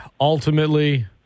ultimately